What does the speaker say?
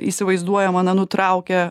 įsivaizduojama na nutraukė